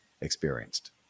experienced